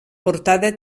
portada